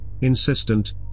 insistent